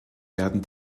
werden